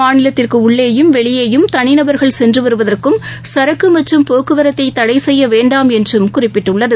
மாநிலத்திற்குஉள்ளேயும் வெளியேயும் தனிநபர்கள் சரக்குமற்றம் சென்றுவருவதற்கும் போக்குவரத்தைதடைசெய்யவேண்டாம் என்றும் குறிப்பிட்டுள்ளது